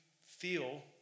feel